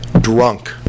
drunk